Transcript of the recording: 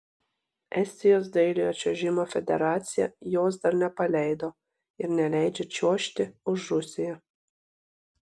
estijos dailiojo čiuožimo federacija jos dar nepaleido ir neleidžia čiuožti už rusiją